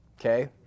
Okay